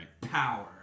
power